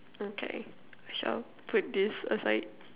okay shall put this aside